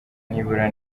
nibura